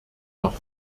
noch